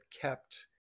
kept